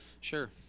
Sure